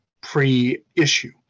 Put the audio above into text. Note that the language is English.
pre-issue